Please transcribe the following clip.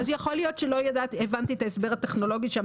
יכול להיות שלא הבנתי את ההסבר הטכנולוגי.